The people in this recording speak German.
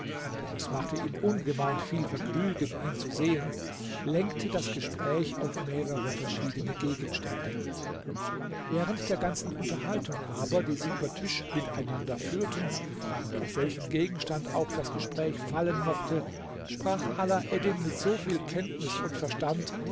denn es machte ihm ungemein viel vergnügen ihn zu sehen lenkte das gespräch auf mehrere verschiedene gegenstände während der ganzen unterhaltung aber die sie über tisch miteinander führten und auf welchen gegenstand auch das gespräch fallen mochte sprach alaeddin mit so viel kenntnis und verstand